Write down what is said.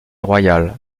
royales